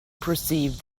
perceived